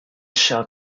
shall